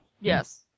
Yes